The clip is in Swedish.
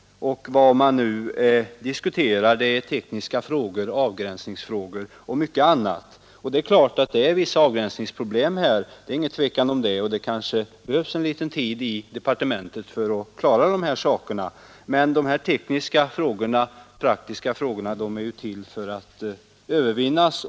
Vad man nu diskuterar är tekniska frågor, avgränsningsfrågor och mycket annat. Det är klart att det finns vissa avgränsningsproblem, och det kanske behövs någon tid i departementet för att klara dem, men de tekniska och praktiska svårigheterna är till för att övervinnas.